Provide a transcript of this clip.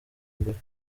mbere